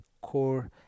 core